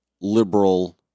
liberal